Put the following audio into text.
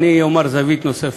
אבל אני אומר זווית נוספת.